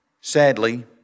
sadly